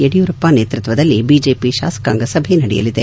ಯಡಿಯೂರಪ್ಪ ನೇತೃತ್ವಬದಲ್ಲಿ ಬಿಜೆಪಿ ಶಾಸಕಾಂಗ ಸಭೆ ನಡೆಯಲಿದೆ